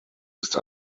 ist